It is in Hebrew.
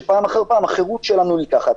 שפעם אחר פעם החירות שלנו נלקחת,